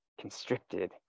constricted